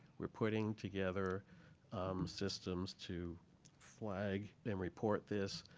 we're putting together systems to flag and report this.